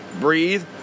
breathe